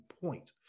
point